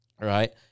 Right